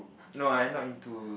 no I not into